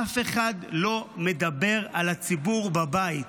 אף אחד לא מדבר על הציבור בבית.